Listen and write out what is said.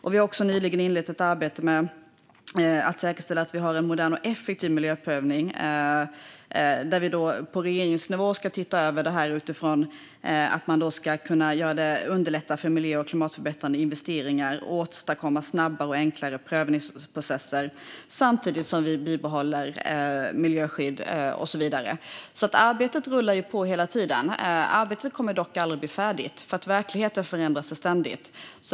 Vi har också nyligen inlett ett arbete med att säkerställa att vi har en modern och effektiv miljöprövning. Vi ska på regeringsnivå titta över det här utifrån att man ska kunna underlätta för miljö och klimatförbättrande investeringar och åstadkomma snabbare och enklare prövningsprocesser, samtidigt som vi bibehåller miljöskydd och så vidare. Arbetet rullar på hela tiden. Arbetet kommer dock aldrig att bli färdigt, för verkligheten förändras ständigt.